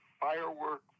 fireworks